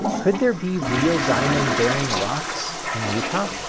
could there be real diamond bearing rocks in utah?